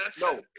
No